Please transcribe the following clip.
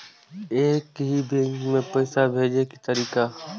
एक ही बैंक मे पैसा भेजे के तरीका?